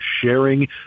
sharing